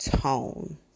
tone